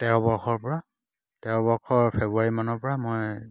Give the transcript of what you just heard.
তেৰ বৰ্ষৰ পৰা তেৰ বৰ্ষৰ ফেব্ৰুৱাৰীমানৰ পৰা মই